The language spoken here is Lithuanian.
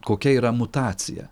kokia yra mutacija